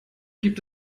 gibt